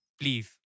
please